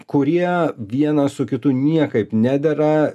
kurie vienas su kitu niekaip nedera